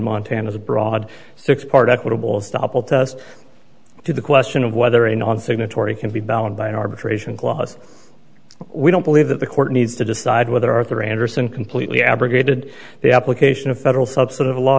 montana's broad six part equitable stoppel test to the question of whether a non signatory can be bound by an arbitration clause we don't believe that the court needs to decide whether arthur andersen completely abrogated the application of federal subsidy of law